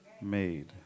made